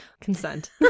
Consent